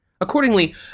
Accordingly